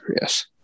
yes